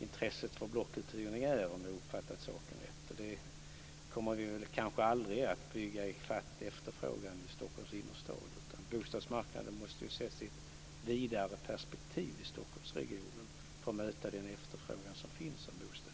intresset för blockuthyrning finns, om jag har uppfattat saken rätt. Vi kommer kanske aldrig att bygga i fatt efterfrågan i Stockholms innerstad, utan bostadsmarknaden måste ses i ett vidare perspektiv i Stockholmsregionen för att man ska kunna möta den efterfrågan på bostäder som finns.